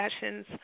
sessions